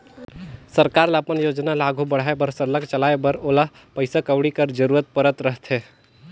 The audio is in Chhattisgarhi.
सरकार ल अपन योजना ल आघु बढ़ाए बर सरलग चलाए बर ओला पइसा कउड़ी कर जरूरत परत रहथे